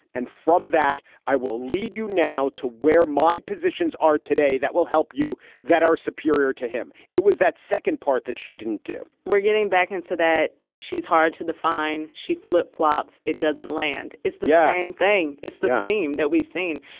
and from that, i will lead you now to where my positions are today that will help you that are superior to him. it was that second part that she didn't do we're getting back into that. she's hard to define. she flip flops. it doesn't land. it's the same thing. it's the theme that we've seen.